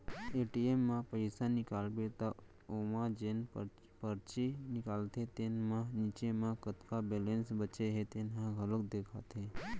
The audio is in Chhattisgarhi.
ए.टी.एम म पइसा निकालबे त ओमा जेन परची निकलथे तेन म नीचे म कतका बेलेंस बाचे हे तेन ह घलोक देखाथे